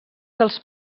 dels